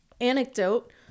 anecdote